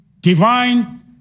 divine